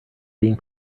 being